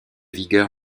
vigueur